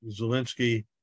Zelensky